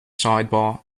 sidebar